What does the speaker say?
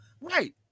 Right